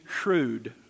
shrewd